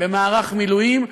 במערך מילואים,